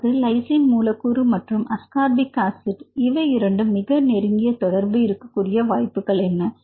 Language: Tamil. அதாவது லைசின் மூலக்கூறு மற்றும் அஸ்கார்பிக் ஆசிட் இவை இரண்டும் மிக நெருங்கிய தொடர்பு இருக்க வாய்ப்புகள் என்ன